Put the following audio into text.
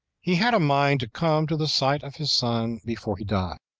he had a mind to come to the sight of his son before he died.